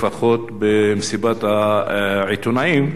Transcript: לפחות במסיבת העיתונאים.